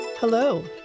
Hello